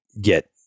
get